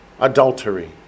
Adultery